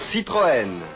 Citroën